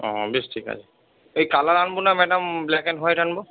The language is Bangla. ও বেশ ঠিক আছে এই কালার আনব না ম্যাডাম ব্ল্যাক অ্যান্ড হোয়াইট আনব